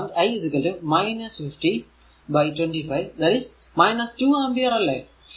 അപ്പോൾ current i 50 by 25 2 ampere അല്ലെ